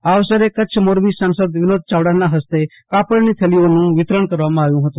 આ અવસરે કચ્છ મોરબી સાંસદ વિનોદ ચાવડાના હસ્તે કાપડની થેલીઓનું વિતરણ કરવામાં આવ્યું હતું